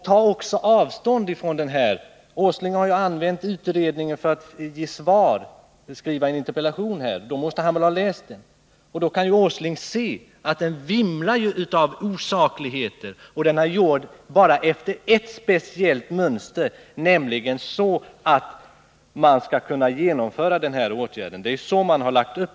Ta också avstånd ifrån den här utredningen! Nils Åsling har använt den för att ge ett interpellationssvar, och då måste han väl också ha läst den. Han kan alltså se att det vimlar av osakligheter i den och att den helt är gjord efter ett speciellt mönster, nämligen så att man skall kunna genomföra den här åtgärden.